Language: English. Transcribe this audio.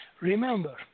Remember